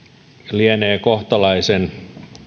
lienee kohtalaisen